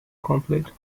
complete